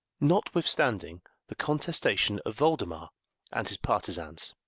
notwithstanding the contestation of voldemar and his partisans.